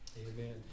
Amen